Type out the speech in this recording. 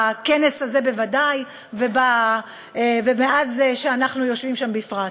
בכנס הזה בוודאי, ומאז שאנחנו יושבים שם בפרט.